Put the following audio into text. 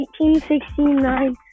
1869